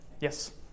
Yes